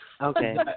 Okay